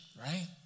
right